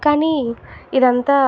కానీ ఇదంతా